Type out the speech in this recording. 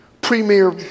premier